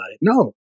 No